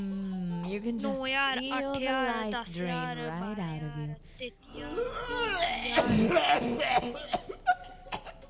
नौ हज़ार अट्ठ हज़ार दस हज़ार बाह्रां हजार तेत्ती हज़ार बत्ती हज़ार